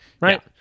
Right